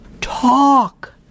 talk